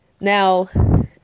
Now